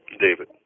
David